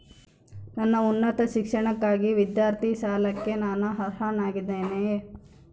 ನನ್ನ ಉನ್ನತ ಶಿಕ್ಷಣಕ್ಕಾಗಿ ವಿದ್ಯಾರ್ಥಿ ಸಾಲಕ್ಕೆ ನಾನು ಅರ್ಹನಾಗಿದ್ದೇನೆಯೇ?